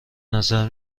نظر